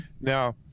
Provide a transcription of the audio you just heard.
Now